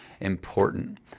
important